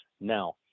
Now